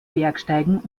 bergsteigen